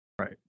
Right